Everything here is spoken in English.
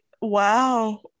wow